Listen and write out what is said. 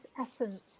essence